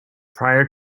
prior